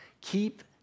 keep